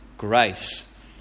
Grace